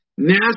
NASA